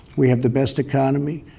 we have the best economy,